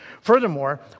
Furthermore